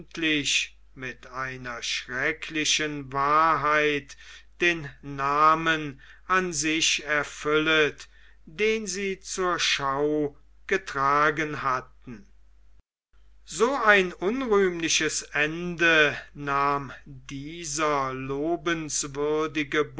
mit einer schrecklichen wahrheit den namen an sich erfüllt den sie zur schau getragen hatten so ein unrühmliches ende nahm dieser